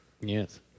Yes